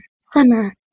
Summer